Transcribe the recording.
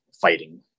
fighting